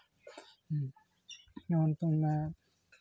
ᱱᱚᱜᱼᱚᱭ ᱱᱤᱛᱳᱝ